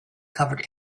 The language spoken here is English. covered